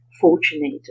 fortunate